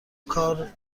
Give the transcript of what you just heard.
کار